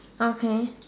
okay